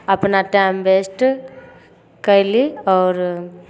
अपना टाइम व्यस्त कएली आओर